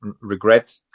regret